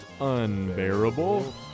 unbearable